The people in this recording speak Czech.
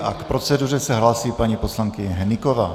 A k proceduře se hlásí paní poslankyně Hnyková.